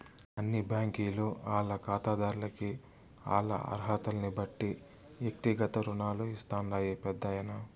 అన్ని బ్యాంకీలు ఆల్ల కాతాదార్లకి ఆల్ల అరహతల్నిబట్టి ఎక్తిగత రుణాలు ఇస్తాండాయి పెద్దాయనా